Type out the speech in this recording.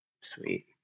sweet